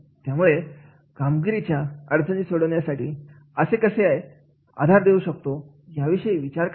त्यामुळे कामगिरीच्या अडचणी सोडवण्यासाठी आपण कसे आधार देऊ शकतो याविषयी विचार करावा